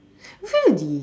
really